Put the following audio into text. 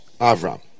Avram